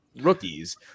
rookies